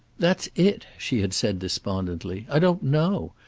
that's it, she had said despondently. i don't know.